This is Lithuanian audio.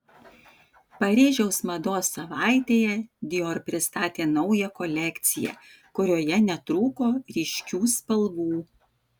paryžiaus mados savaitėje dior pristatė naują kolekciją kurioje netrūko ryškių spalvų